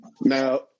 Now